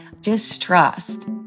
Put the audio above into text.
distrust